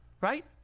right